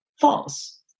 false